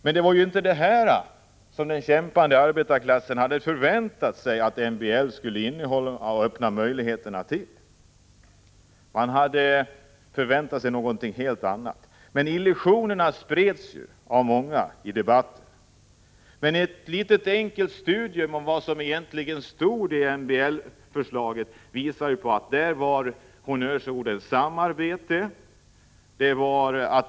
Men det var inte detta som den kämpande arbetarklassen hade förväntat sig att MBL skulle innebära. Man hade förväntat sig någonting helt annat. Illusionerna spreds av många i debatten. Men ett enkelt studium av vad MBL-reformen egentligen avsåg visar att honnörsordet var samarbete.